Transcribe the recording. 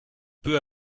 peu